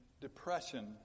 depression